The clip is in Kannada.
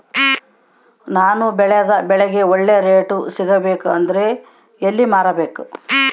ನಾನು ಬೆಳೆದ ಬೆಳೆಗೆ ಒಳ್ಳೆ ರೇಟ್ ಸಿಗಬೇಕು ಅಂದ್ರೆ ಎಲ್ಲಿ ಮಾರಬೇಕು?